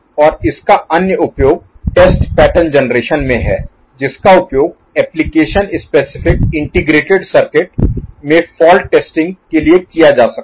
और इसका अन्य उपयोग टेस्ट पैटर्न जनरेशन में है जिसका उपयोग एप्लिकेशन स्पेसिफिक इंटीग्रेटेड सर्किट में फाल्ट टेस्टिंग के लिए किया जा सकता है